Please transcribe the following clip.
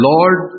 Lord